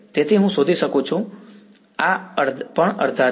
તેથી હું શોધી શકું છું તેથી આ પણ અડધા છે